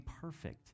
perfect